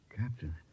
Captain